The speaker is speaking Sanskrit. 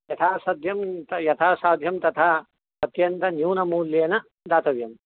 यथा सध्यं यथा साध्यं तथा अत्यन्तन्यूनमूल्येन दातव्यं